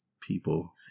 people